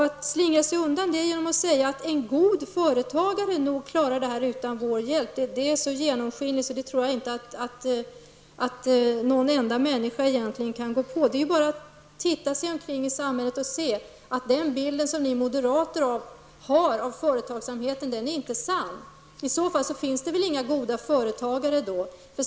Att slingra sig undan detta genom att säga att en god företagare klarar detta utan riksdagens hjälp är så genomskinligt att inte någon enda människa kan gå på det. Det är bara att titta sig omkring i samhället och se att den bild som ni moderater har av företagsamhet inte är sann. I så fall finns det ingen god företagare.